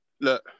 look